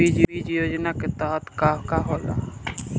बीज योजना के तहत का का होला?